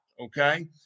okay